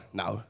nou